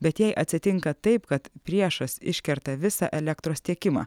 bet jei atsitinka taip kad priešas iškerta visą elektros tiekimą